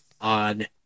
on